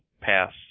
pass